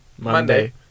Monday